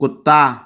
कुत्ता